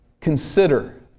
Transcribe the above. Consider